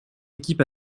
équipe